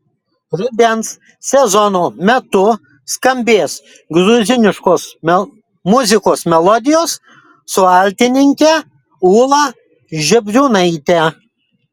rudens sezono metu skambės gruziniškos muzikos melodijos su altininke ūla žebriūnaite